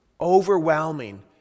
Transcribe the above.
Overwhelming